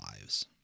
lives